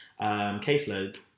caseload